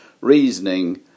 reasoning